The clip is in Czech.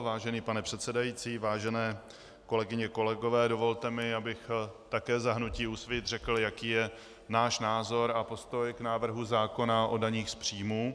Vážený pane předsedající, vážené kolegyně, kolegové, dovolte mi, abych také za hnutí Úsvit řekl, jaký je náš názor a postoj k návrhu zákona o daních z příjmů.